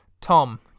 Tom